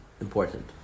important